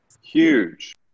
Huge